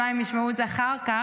אולי הם ישמעו את זה אחר כך.